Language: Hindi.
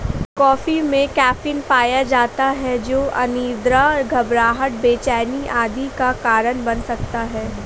कॉफी में कैफीन पाया जाता है जो अनिद्रा, घबराहट, बेचैनी आदि का कारण बन सकता है